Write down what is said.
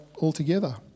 altogether